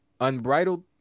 Unbridled